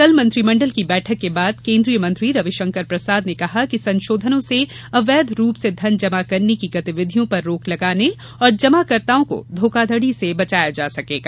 कल मंत्रिमंडल की बैठक के बाद केन्द्रीय मंत्री रविशंकर प्रसाद ने कहा कि संशोधनों से अवैध रूप से धन जमा करने की गतिविधियों पर रोक लगाने और जमा कर्ताओं को धोखाधड़ी से बचाया जा सकेगा